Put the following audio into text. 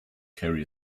carry